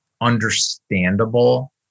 understandable